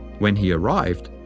when he arrived,